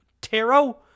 Taro